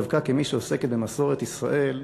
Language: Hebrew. דווקא כמי שעוסקת במסורת ישראל,